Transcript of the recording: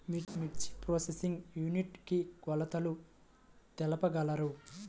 మిర్చి processing unit కి కొలతలు తెలుపగలరు?